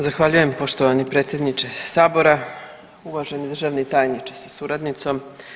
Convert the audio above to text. Zahvaljujem poštovani predsjedniče Sabora, uvaženi državni tajniče sa suradnicom.